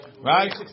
right